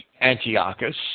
Antiochus